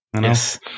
Yes